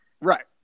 right